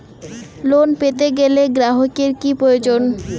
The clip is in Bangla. লোন পেতে গেলে গ্রাহকের কি প্রয়োজন?